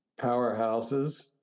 powerhouses